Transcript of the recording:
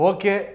Okay